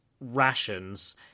rations